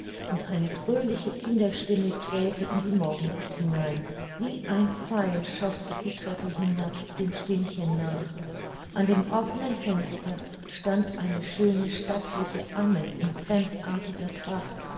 und eine fröhliche kinderstimme krähte in die morgenluft hinein wie ein pfeil schoß ich die treppe hinab dem stimmchen nach an dem offenen fenster stand eine schöne stattliche amme in fremdartiger tracht